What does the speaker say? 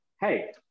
Hey